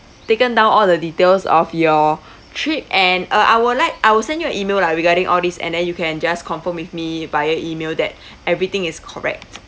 taken down all the details of your trip and uh I would like I will send you an email lah regarding all these and then you can just confirm with me via email that everything is correct